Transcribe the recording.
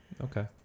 okay